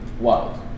Wild